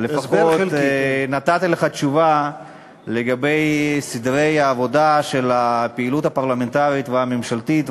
לפחות נתתי לך תשובה לגבי סדרי העבודה של הפעילות הפרלמנטרית והממשלתית.